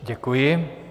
Děkuji.